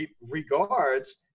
regards